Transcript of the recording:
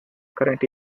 current